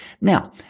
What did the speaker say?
Now